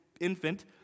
infant